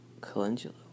calendula